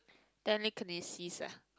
telekinesis ah